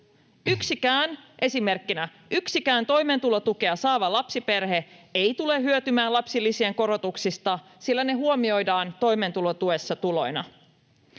Esimerkkinä: Yksikään toimeentulotukea saava lapsiperhe ei tule hyötymään lapsilisien korotuksista, sillä ne huomioidaan toimeentulotuessa tuloina.